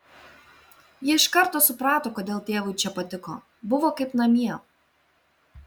ji iš karto suprato kodėl tėvui čia patiko buvo kaip namie